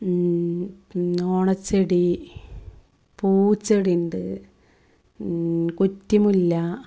പിന്നെ ഓണച്ചെടി പൂച്ചെടിയുണ്ട് കുറ്റിമുല്ല